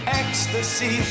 ecstasy